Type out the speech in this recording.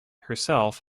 herself